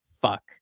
fuck